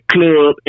Club